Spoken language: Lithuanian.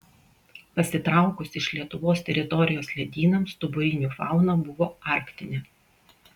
pasitraukus iš lietuvos teritorijos ledynams stuburinių fauna buvo arktinė